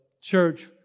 church